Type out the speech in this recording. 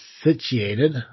situated